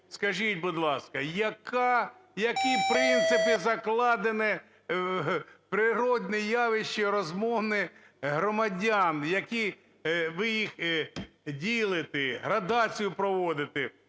Скажіть, будь ласка, яка… які принципи закладені природні явища розмовні громадян, які… ви їх ділите, градацію проводите: